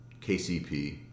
KCP